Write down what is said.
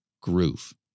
groove